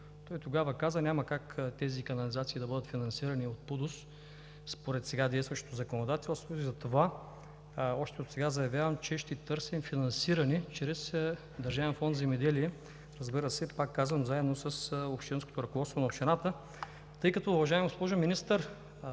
той тогава каза: „Няма как тези канализации да бъдат финансирани по ПУДООС според сега действащото законодателство.“ Затова отсега заявявам, че ще търсим финансиране чрез Държавен фонд „Земеделие“, разбира се, пак казвам, заедно с общинското ръководство на общината, тъй като, госпожо Министър,